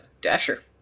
Dasher